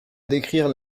décrire